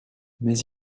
mais